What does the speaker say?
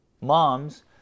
Moms